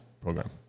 program